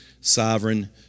sovereign